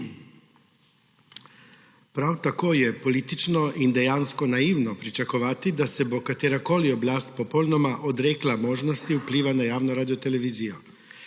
Prav tako je politično in dejansko naivno pričakovati, da se bo katerakoli oblast popolnoma odrekla možnosti vpliva na javno Radiotelevizijo.